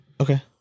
Okay